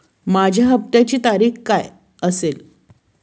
माझ्या हप्त्याची तारीख काय असेल?